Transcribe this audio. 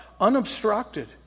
unobstructed